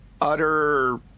utter